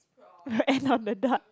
end on the dot